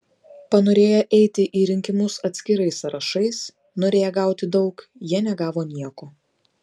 panorėję eiti į rinkimus atskirais sąrašais norėję gauti daug jie negavo nieko